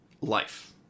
life